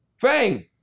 Fang